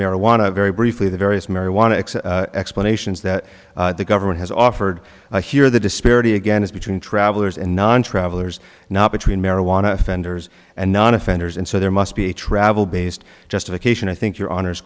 marijuana very briefly the various marijuana explanations that the government has offered a here the disparity again is between travelers and non travelers not between marijuana offenders and non offenders and so there must be a travel based justification i think your honor